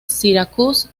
syracuse